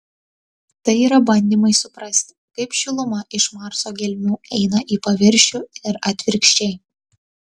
tai yra bandymai suprasti kaip šiluma iš marso gelmių eina į paviršių ir atvirkščiai